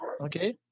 okay